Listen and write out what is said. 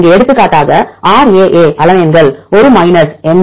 இங்கே எடுத்துக்காட்டாக RAA alanine ஒரு மைனஸ் எம்